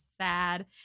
sad